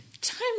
Time